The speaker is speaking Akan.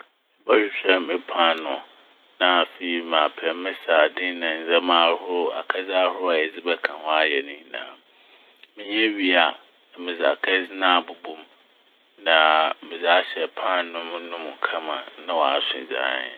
Mobɔhwehwɛ me paanoo na afei mapɛ me "sardine" na ndzɛmba ahorow - akɛdze ahorow yɛdze bɛka ho ayɛ ne nyinaa. Menya wie a na medze akɛdze n' abobɔ mu na medze ahyɛ paanoo- nom- no mu kama na ɔaso dzi ahen.